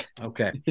Okay